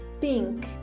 Pink